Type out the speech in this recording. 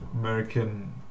American